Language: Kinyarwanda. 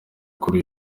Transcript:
kuri